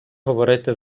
говорити